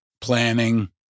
planning